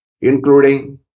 including